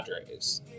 Padres